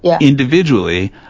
individually